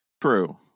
True